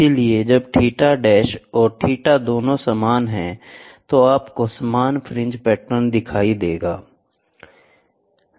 इसलिए जब theta dash और थीटा दोनों समान हैं तो आपको समान फ्रिंज पैटर्न दिखाई देंगे